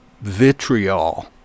vitriol